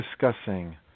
discussing